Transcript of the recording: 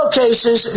cases